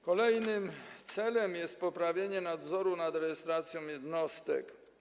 Kolejnym celem jest poprawienie nadzoru nad rejestracją jednostek.